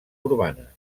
urbanes